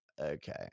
okay